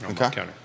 okay